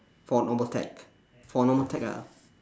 for normal tech for normal tech lah